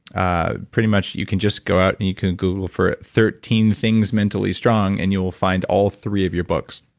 ah pretty much, you can just go out and you can google for thirteen things mentally strong and you will find all three of your books.